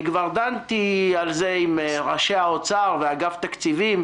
אני כבר דנתי על זה עם ראשי האוצר ואגף תקציבים,